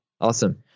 awesome